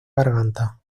garganta